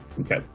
okay